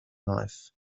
life